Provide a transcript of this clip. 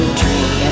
dream